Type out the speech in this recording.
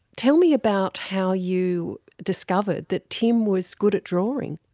tell me about how you discovered that tim was good at drawing?